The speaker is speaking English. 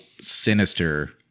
sinister